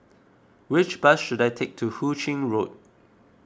which bus should I take to Hu Ching Road